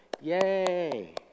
yay